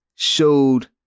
Showed